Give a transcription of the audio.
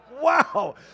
Wow